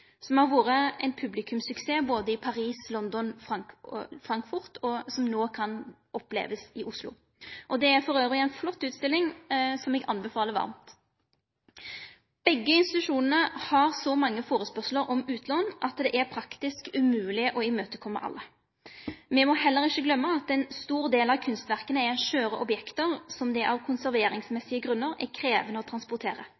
som har vore ein publikumssuksess både i Paris, London og Frankfurt, og som no kan opplevast i Oslo. Det er elles ei flott utstilling, som eg anbefaler varmt. Begge institusjonane har så mange førespurnader om utlån at det er praktisk umogleg å seie ja til alle. Me må heller ikkje gløyme at ein stor del av kunstverka er skjøre objekt som det av